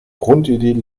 grundidee